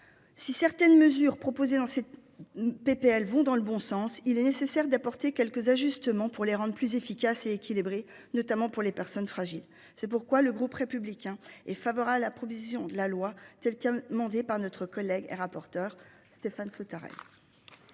Si certaines mesures proposées dans cette. PPL vont dans le bon sens il est nécessaire d'apporter quelques ajustements pour les rendent plus efficace et équilibré, notamment pour les personnes fragiles, c'est pourquoi le groupe républicain est favorable à provision de la loi c'est qui m'ont dit par notre collègue et rapporteur Stéphane Sautarel.